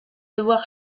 devoir